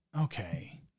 Okay